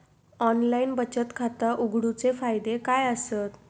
Online बचत खाता उघडूचे फायदे काय आसत?